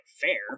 fair